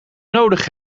nodig